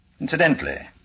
Incidentally